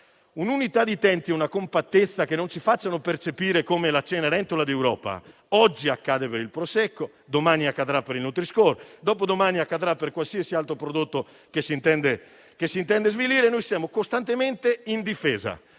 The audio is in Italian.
un'unità di intenti e una compattezza che non ci facciano percepire come la cenerentola d'Europa: oggi accade per il Prosecco, domani accadrà per il nutri-score*,* dopodomani per qualsiasi altro prodotto che si intenda svilire. Se non lo facciamo, siamo costantemente in difesa.